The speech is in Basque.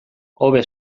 hobe